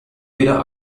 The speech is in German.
wieder